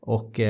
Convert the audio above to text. Och